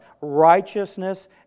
Righteousness